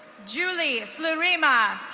julie flurima.